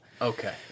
okay